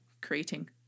creating